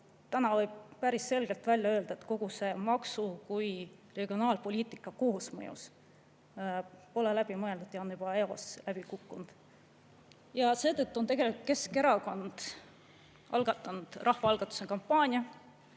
Täna võib päris selgelt välja öelda, et kogu see maksu- ja regionaalpoliitika koosmõjus pole läbimõeldud ja on juba eos läbi kukkunud. Seetõttu on Keskerakond algatanud rahvaalgatuse kampaania